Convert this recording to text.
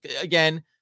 again